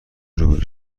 روبرو